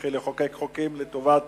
תמשיכי לחוקק חוקים לטובת